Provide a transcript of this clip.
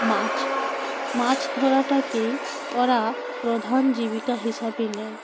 মাছ মাছ ধরাটাকেই ওরা প্রধান জীবিকা হিসাবে নেয়